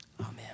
Amen